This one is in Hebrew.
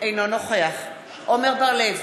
אינו נוכח עמר בר-לב,